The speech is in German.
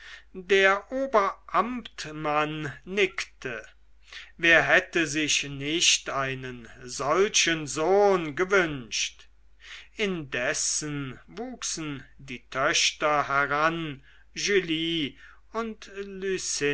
der oberamtmann nickte wer hätte sich nicht einen solchen sohn gewünscht indessen wuchsen die töchter heran julie und